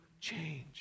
change